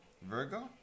Virgo